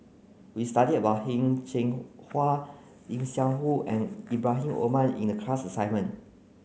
we studied about Heng Cheng Hwa Lim Seok Hui and Ibrahim Omar in the class assignment